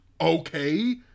Okay